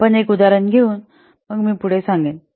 आपण एक उदाहरण घेऊ आणि मग मी पुढे सांगेन